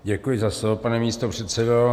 Děkuji za slovo, pane místopředsedo.